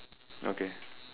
okay